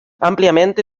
ampliamente